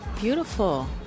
beautiful